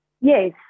Yes